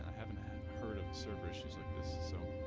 having heard of server issues like this so